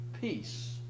peace